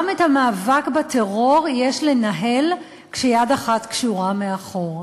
גם את המאבק בטרור יש לנהל כשיד אחת קשורה מאחור.